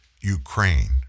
Ukraine